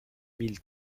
mille